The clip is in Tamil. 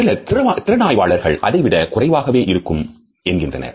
சில திறனாய்வாளர்கள் அதைவிட குறைவாகவே இருக்கும் என்கின்றனர்